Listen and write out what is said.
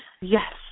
Yes